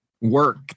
work